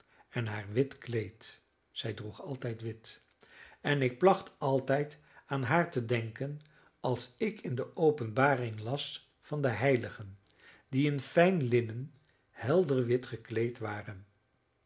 en haar wit kleed zij droeg altijd wit en ik placht altijd aan haar te denken als ik in de openbaring las van de heiligen die in fijn linnen helder wit gekleed waren